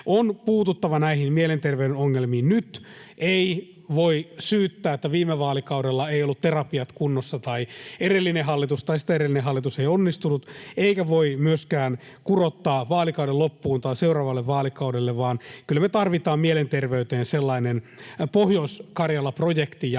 On puututtava näihin mielenterveyden ongelmiin nyt. Ei voi syyttää, että viime vaalikaudella eivät olleet terapiat kunnossa tai edellinen hallitus tai sitä edellinen hallitus ei onnistunut, eikä voi myöskään kurottaa vaalikauden loppuun tai seuraavalle vaalikaudelle, vaan kyllä me tarvitaan mielenterveyteen sellainen Pohjois-Karjala‑projekti